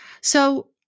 So-